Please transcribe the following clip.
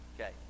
okay